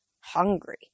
hungry